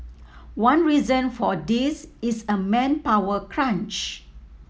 one reason for this is a manpower crunch